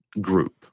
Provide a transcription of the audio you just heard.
group